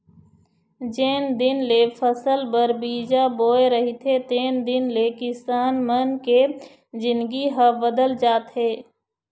जेन दिन ले फसल बर बीजा बोय रहिथे तेन दिन ले किसान मन के जिनगी ह बदल जाथे